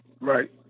Right